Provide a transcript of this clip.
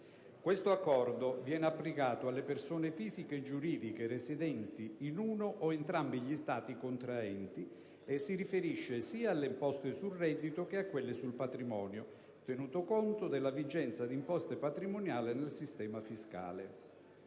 Questo Accordo viene applicato alle persone fisiche e giuridiche residenti di uno o entrambi gli Stati contraenti e si riferisce sia alle imposte sul reddito che a quelle sul patrimonio, tenuto conto della vigenza di imposte patrimoniali nel sistema fiscale